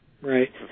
Right